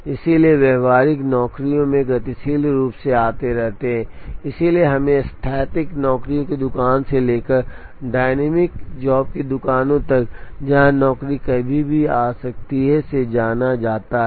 इसलिए व्यवहारिक नौकरियों में गतिशील रूप से आते रहते हैं इसलिए हमें स्थैतिक नौकरी की दुकानों से लेकर डाइमेमिक जॉब की दुकानों तक जहां नौकरी कभी भी आ सकती है से जाना जाता है